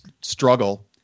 struggle